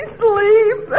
sleep